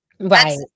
Right